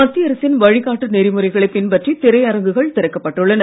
மத்திய அரசின் வழிகாட்டு நெறிமுறைகளை பின்பற்றி திரையரங்குகள் திறக்கப்பட்டுள்ளன